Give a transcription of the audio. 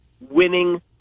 winning